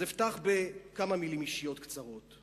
אז אפתח בכמה מלים אישיות קצרות.